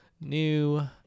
new